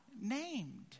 named